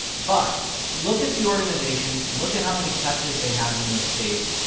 but look at the organization. look at how many touches they have in those states,